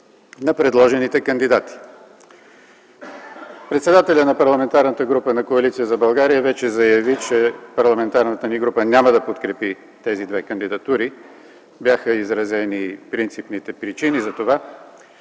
на предложените кандидати. Председателят на Парламентарната група на Коалиция за България вече заяви, че парламентарната ни група няма да подкрепи тези две кандидатури. Бяха изразени принципните причини за това.